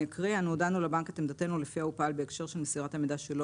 "הודענו לבנק את עמדתנו לפיה הוא פעל בהקשר של מסירת המידע שלא